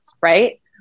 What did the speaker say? right